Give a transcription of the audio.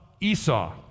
Esau